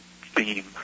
theme